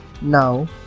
Now